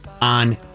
on